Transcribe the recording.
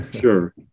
sure